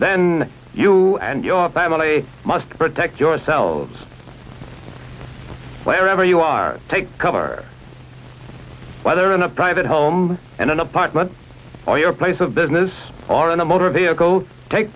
then you and your family must protect yourselves claire ever you are take cover whether in a private home and an apartment or your place of business or in a motor vehicle take